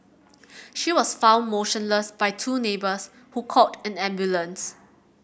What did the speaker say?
she was found motionless by two neighbours who called an ambulance